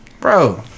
Bro